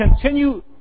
continue